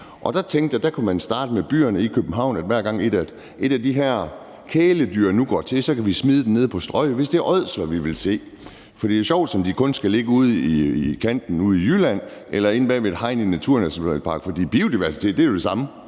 og der tænkte jeg, at der kan man starte med København. Hver gang et af de her kæledyr går til, kan vi smide dem nede på Strøget, hvis det er ådsler, vi vil se. Det er sjovt, som de kun skal ligge i kanten ude i Jylland eller inde bag ved et hegn i en naturnationalpark. For biodiversitet er det samme,